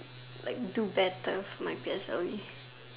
like do better for my P_S_L_E